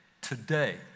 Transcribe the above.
today